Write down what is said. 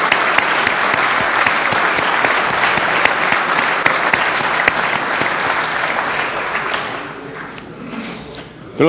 Hvala